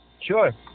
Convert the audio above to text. Sure